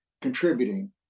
contributing